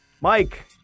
Mike